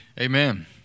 Amen